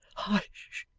hush